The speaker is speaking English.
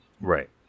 right